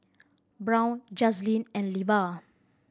Brown Jazlene and Levar